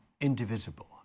indivisible